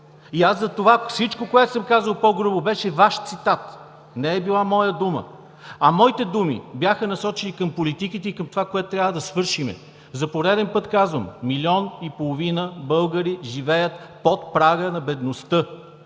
и аз затова всичко, което съм казал по-грубо, беше Ваш цитат. Не е била моя дума. А моите думи бяха насочени към политиките и това, което трябва да свършим. За пореден път казвам – 1,5 млн. българи живеят под прага на бедността.